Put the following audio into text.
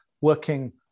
working